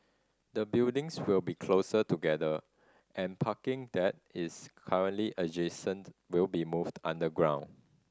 the buildings will be closer together and parking that is currently adjacent will be moved underground